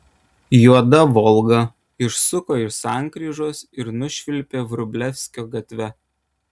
juoda volga išsuko iš sankryžos ir nušvilpė vrublevskio gatve